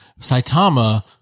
Saitama